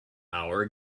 hour